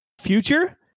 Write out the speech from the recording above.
future